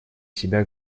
себя